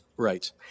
Right